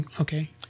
Okay